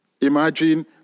Imagine